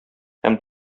һәм